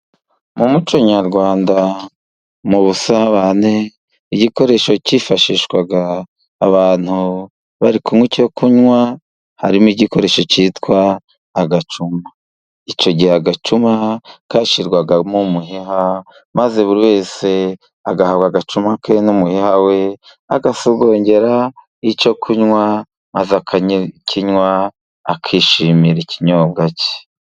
Mu muco nyarwanda mu busabane igikoresho cyifashishwaga abantu bari kunywa icyo kunywa, harimo igikoresho cyitwa agacuma. Icyo gihe agacuma kashyirwagamo umuheha, maze buri wese agahabwa agacuma ke, agasogongera icyo kunywa maze akakinywa ,akishimira ikinyobwa cye.